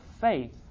faith